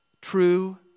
true